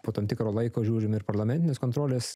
po tam tikro laiko žiūrim ir parlamentinės kontrolės